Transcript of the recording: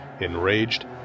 Enraged